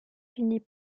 finit